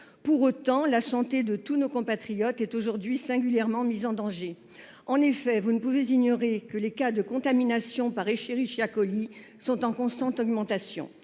Pour autant, la santé de tous nos compatriotes est aujourd'hui singulièrement mise en danger. En effet, vous ne pouvez ignorer que les cas de contamination par la bactérie sont en constante augmentation.